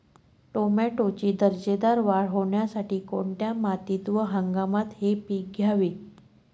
टोमॅटोची दर्जेदार वाढ होण्यासाठी कोणत्या मातीत व हंगामात हे पीक घ्यावे?